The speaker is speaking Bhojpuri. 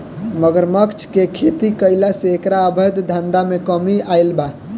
मगरमच्छ के खेती कईला से एकरा अवैध धंधा में कमी आईल बा